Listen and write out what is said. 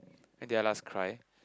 when did I last cry